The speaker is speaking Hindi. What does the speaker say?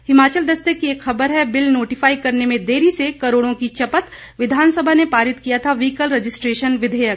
हिमाचल दस्तक की एक खबर है बिल नोटिफाई करने में देरी से करोड़ों की चपत विधानसभा ने पारित किया था व्हिकल रजिस्ट्रेशन विधेयक